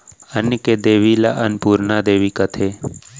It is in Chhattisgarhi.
अन्न के देबी ल अनपुरना देबी कथें